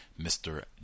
Mr